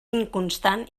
inconstant